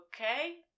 Okay